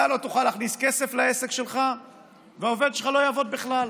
אתה לא תוכל להכניס כסף לעסק שלך והעובד שלך לא יעבוד בכלל.